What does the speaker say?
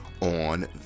on